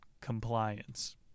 compliance